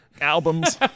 albums